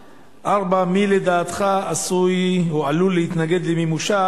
4. מי לדעתך עשוי או עלול להתנגד למימושה,